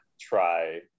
try